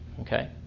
Okay